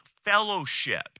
fellowship